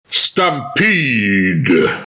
Stampede